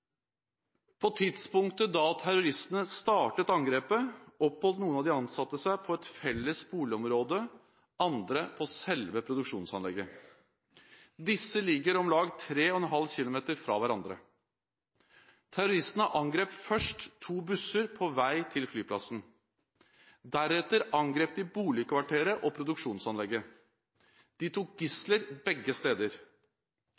På tidspunktet da terroristene startet angrepet, oppholdt noen av de ansatte seg på et felles boligområde, andre på selve produksjonsanlegget. Disse ligger om lag tre og en halv kilometer fra hverandre. Terroristene angrep først to busser på vei til flyplassen. Deretter angrep de boligkvarteret og produksjonsanlegget. De tok